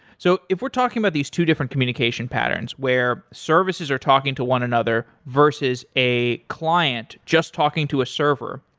so if we're talking with these two different communication patterns where services are talking to one another versus a client just talking to a server,